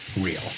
real